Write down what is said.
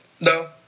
No